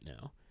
now